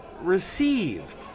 received